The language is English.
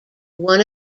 one